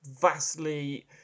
vastly